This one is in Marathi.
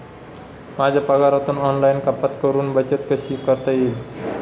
माझ्या पगारातून ऑनलाइन कपात करुन बचत कशी करता येईल?